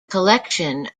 collection